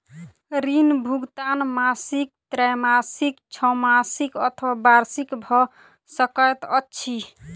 ऋण भुगतान मासिक त्रैमासिक, छौमासिक अथवा वार्षिक भ सकैत अछि